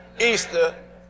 Easter